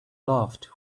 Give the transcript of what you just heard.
laughed